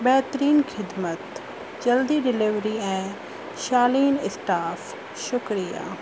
बेहतरीन ख़िदमत जल्दी डिलीवरी ऐं शालीन स्टाफ शुक्रिया